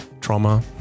Trauma